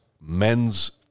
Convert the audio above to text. men's